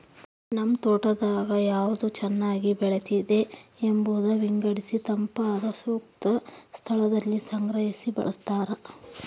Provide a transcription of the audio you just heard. ನಿಮ್ ತೋಟದಾಗ ಯಾವ್ದು ಚೆನ್ನಾಗಿ ಬೆಳೆದಿದೆ ಎಂಬುದ ವಿಂಗಡಿಸಿತಂಪಾದ ಶುಷ್ಕ ಸ್ಥಳದಲ್ಲಿ ಸಂಗ್ರಹಿ ಬಳಸ್ತಾರ